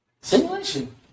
Simulation